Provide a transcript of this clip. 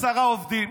עשרה עובדים,